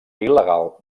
il·legal